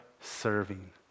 serving